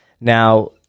Now